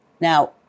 Now